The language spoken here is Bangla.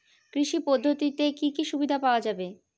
কৃষি পদ্ধতিতে কি কি সুবিধা পাওয়া যাবে?